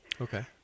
Okay